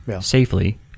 safely